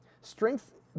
Strength